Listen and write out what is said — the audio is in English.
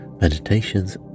meditations